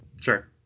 Sure